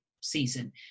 season